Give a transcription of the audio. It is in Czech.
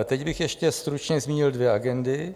Teď bych ještě stručně zmínil dvě agendy.